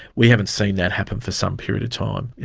we haven't seen that happen for some period of time. yeah